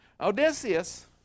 Odysseus